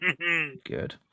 good